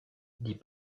dit